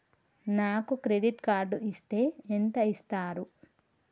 నాకు credit card ఇస్తే ఎంత ఇస్తరు?